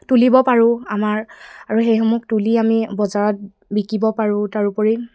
তুলিব পাৰোঁ আমাৰ আৰু সেইসমূহ তুলি আমি বজাৰত বিকিব পাৰোঁ তাৰোপৰি